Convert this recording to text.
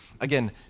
again